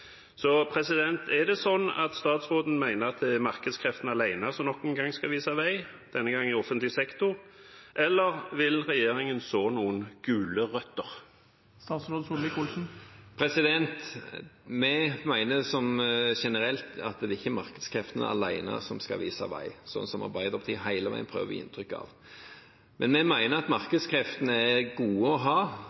så noen gulrøtter? Vi mener generelt at det ikke er markedskreftene alene som skal vise vei, sånn som Arbeiderpartiet hele veien prøver å gi inntrykk av. Vi mener at markedskreftene er gode å ha